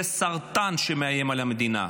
זה סרטן שמאיים על המדינה.